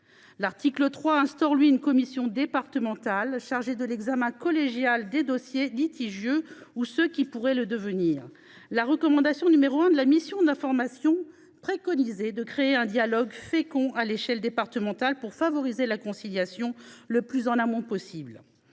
L’article 3 instaure une commission départementale chargée de l’examen collégial des dossiers litigieux et de ceux qui pourraient le devenir. Dans sa recommandation n° 1, la mission d’information préconisait de créer une commission départementale pour favoriser la conciliation le plus en amont possible,